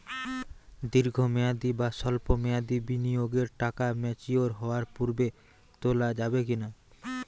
দীর্ঘ মেয়াদি বা সল্প মেয়াদি বিনিয়োগের টাকা ম্যাচিওর হওয়ার পূর্বে তোলা যাবে কি না?